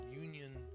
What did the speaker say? union